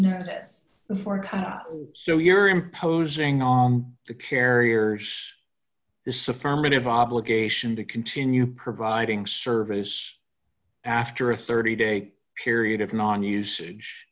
time so you're imposing on the carriers this affirmative obligation to continue providing service after a thirty day period of non usage